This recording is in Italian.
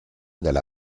della